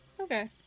Okay